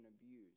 abused